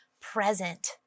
present